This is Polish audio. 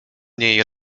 niej